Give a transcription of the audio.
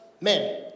men